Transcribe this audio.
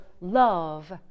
love